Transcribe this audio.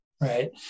right